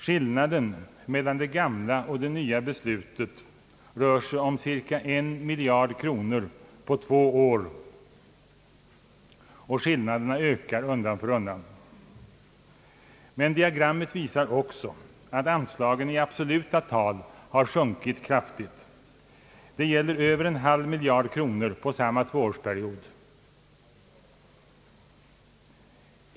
Skillnaden mellan det gamla och det nya beslutet rör sig om cirka en miljard kronor på två år, och skillnaderna ökar undan för undan. Men diagrammet visar också att anslagen i absoluta tal har sjunkit kraftigt. Det gäller över en halv miljard kronor under samma tvåårsperiod.